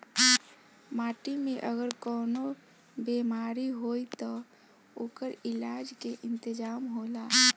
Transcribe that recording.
माटी में अगर कवनो बेमारी होई त ओकर इलाज के इंतजाम होला